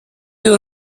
ihr